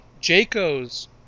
Jayco's